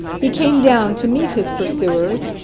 he came down to meet his pursuers,